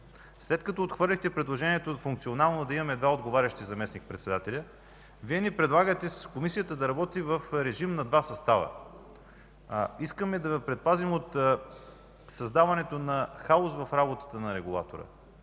след като отхвърлихте предложението функционално да имаме двама отговарящи заместник-председатели, Вие ни предлагате Комисията да работи в режим на два състава. Искаме да Ви предпазим от създаването на хаос в работата на регулатора.